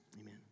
amen